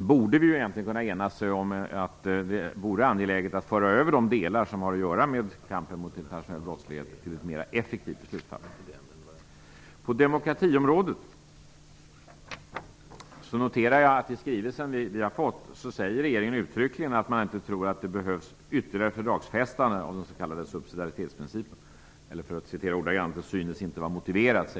borde vi kunna enas om att det är angeläget att föra över de delar som har att göra med kampen mot internationell brottslighet till ett mer effektivt beslutsfattande. På demokratiområdet noterar jag att regeringen i skrivelsen uttryckligen säger att man inte tror att det behövs ytterligare fördragsfästande av den s.k. subsidiaritetsprincipen. Jag citerar: "Det synes inte vara motiverat."